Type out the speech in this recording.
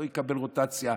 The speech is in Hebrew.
לא יקבל רוטציה,